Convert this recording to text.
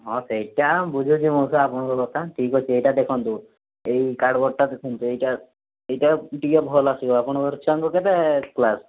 ହଁ ସେଇଟା ବୁଝୁଛି ମଉସା ଆପଣଙ୍କ କଥା ଠିକ୍ ଅଛି ଏଇଟା ଦେଖନ୍ତୁ ଏଇ କାର୍ଡ଼ ବୋର୍ଡ଼ଟା ଦେଖନ୍ତୁ ଏଇଟା ଏଇଟା ଟିକେ ଭଲ ଆସିବ ଆପଣଙ୍କର ଛୁଆଙ୍କୁ କେତେ କ୍ଲାସ୍